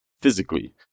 physically